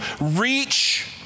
reach